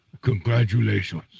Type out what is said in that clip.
Congratulations